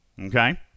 Okay